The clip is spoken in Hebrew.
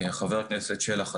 חה"כ שלח,